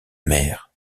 mère